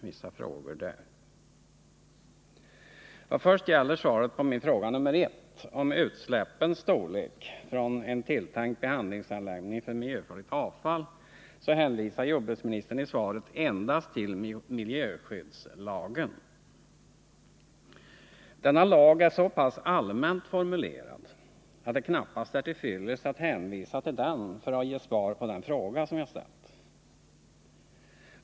Vad gäller svaret på min första fråga, om storleken av utsläppen från en tilltänkt behandlingsanläggning för miljöfarligt avfall, så hänvisar jordbruksministern endast till miljöskyddslagen. Denna lag är så pass allmänt formulerad att det knappast är till fyllest att hänvisa till den för att ge svar på den fråga som jag ställt.